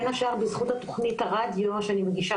בין השאר בזכות תוכנית הרדיו שאני מגישה